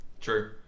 true